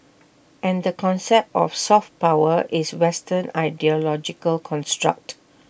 and the concept of soft power is western ideological construct